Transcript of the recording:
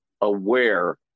aware